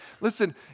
listen